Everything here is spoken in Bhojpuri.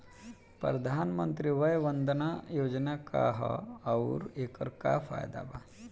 प्रधानमंत्री वय वन्दना योजना का ह आउर एकर का फायदा बा?